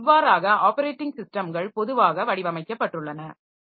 எனவே இவ்வாறாக ஆப்பரேட்டிங் சிஸ்டம்கள் பொதுவாக வடிவமைக்கப்பட்டுள்ளன